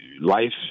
life